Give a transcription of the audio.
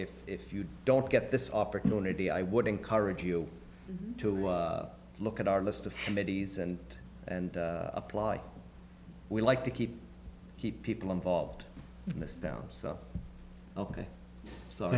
if if you don't get this opportunity i would encourage you to look at our list of committees and and apply we like to keep keep people involved in this town so ok so